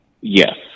Yes